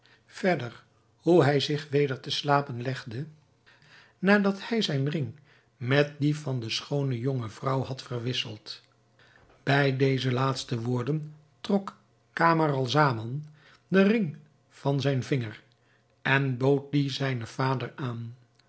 verder hoe hij zich weder te slapen legde nadat hij zijn ring met die van de schoone jonge vrouw had verwisseld bij deze laatste woorden trok camaralzaman den ring van zijn vinger en bood dien zijnen vader aan